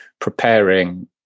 preparing